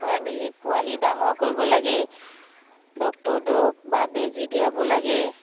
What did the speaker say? খুৱাই মেলি পোৱালি ডাঙৰ কৰিব লাগে ডক্টৰৰ দৰৱ বা বেজী দিয়াব লাগে